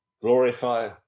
glorify